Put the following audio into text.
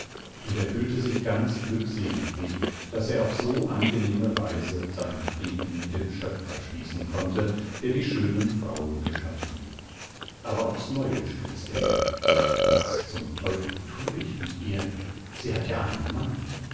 und er fühlte sich ganz glückseliglich daß er auf so angenehme weise seinen frieden mit dem schöpfer schließen konnte der die schönen frauen geschaffen aber aufs neue stutzte er was teufel tue ich mit ihr sie hat ja einen mann